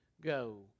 go